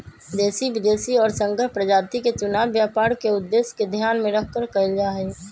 देशी, विदेशी और संकर प्रजाति के चुनाव व्यापार के उद्देश्य के ध्यान में रखकर कइल जाहई